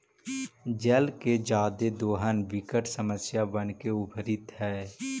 जल के जादे दोहन विकट समस्या बनके उभरित हई